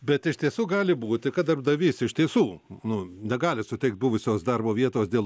bet iš tiesų gali būti kad darbdavys iš tiesų nu negali suteikt buvusios darbo vietos dėl